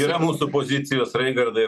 yra mūsų pozicijos raigardai